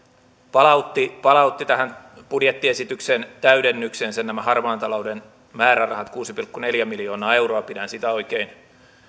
palautti palautti tähän budjettiesityksen täydennykseensä nämä harmaan talouden määrärahat kuusi pilkku neljä miljoonaa euroa pidän sitä oikein